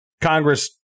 Congress